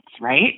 right